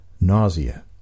nausea